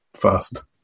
first